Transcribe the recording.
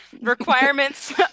requirements